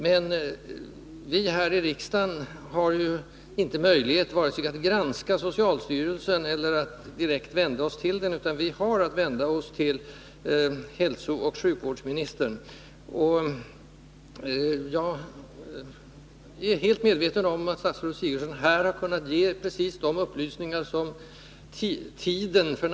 Men vi här i riksdagen har inte möjlighet vare sig att granska socialstyrelsen eller att direkt vända oss till den, utan vi har att vända oss till hälsooch sjukvårdsministern. Jag är helt medveten om att statsrådet Sigurdsen här har givit precis de upplysningar som f. n. kan ges.